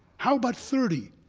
how about thirty?